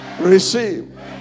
Receive